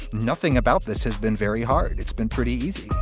nothing about this has been very hard. it's been pretty easy